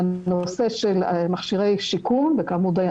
והנושא של מכשירי שיקום וכאמור,